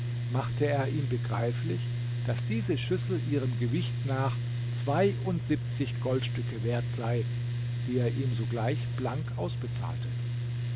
machte er ihm begreiflich daß diese schüssel ihrem gewicht nach zweiundsiebzig goldstücke wert sei die er ihm sogleich blank ausbezahlte